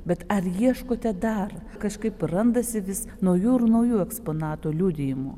bet ar ieškote dar kažkaip randasi vis naujų ir naujų eksponatų liudijimų